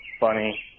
funny